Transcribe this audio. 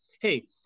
Hey